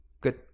Good